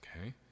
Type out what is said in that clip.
Okay